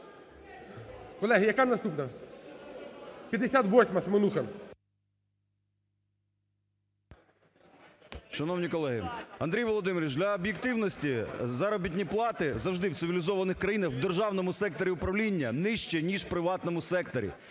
Колеги, яка наступна? 58-а, Семенуха. 16:34:20 СЕМЕНУХА Р.С. Шановні колеги, Андрій Володимирович, для об'єктивності, заробітні плати завжди в цивілізованих країнах в державному секторі управління нижче ніж в приватному секторі,